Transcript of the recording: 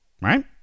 Right